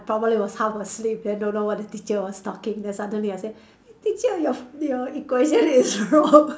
probably was half asleep then don't know what the teacher was talking then suddenly I say teacher your your equation is wrong